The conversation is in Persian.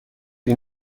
این